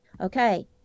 okay